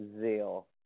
zeal